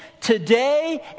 today